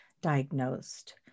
diagnosed